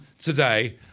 today